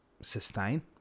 sustain